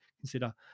consider